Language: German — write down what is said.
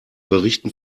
berichten